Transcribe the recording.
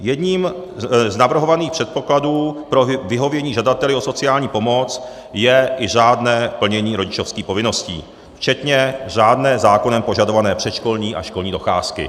Jedním z navrhovaných předpokladů pro vyhovění žadateli o sociální pomoc je i řádné plnění rodičovských povinností včetně řádné zákonem požadované předškolní a školní docházky.